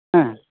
ᱦᱮᱸ